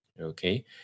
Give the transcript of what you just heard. okay